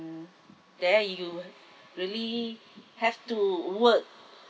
then you really have to work